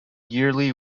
yearly